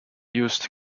used